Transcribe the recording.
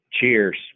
Cheers